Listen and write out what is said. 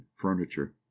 furniture